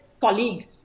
colleague